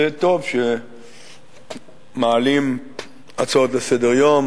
זה טוב שמעלים הצעות לסדר-יום